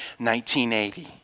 1980